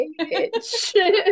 bitch